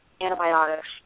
antibiotics